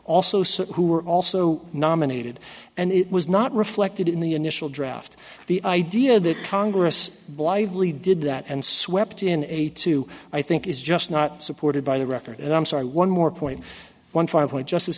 some who were also nominated and it was not reflected in the initial draft the idea that congress blithely did that and swept in eighty two i think is just not supported by the record and i'm sorry one more point one five point justice